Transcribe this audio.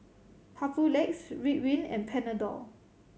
Papulex Ridwind and Panadol